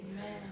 Amen